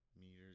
meters